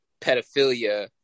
pedophilia